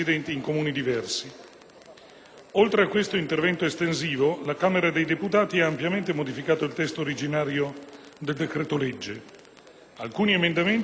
Oltre a questo intervento estensivo, la Camera dei deputati ha ampiamente modificato il testo originario del decreto-legge. Alcuni emendamenti sono connessi alla proroga,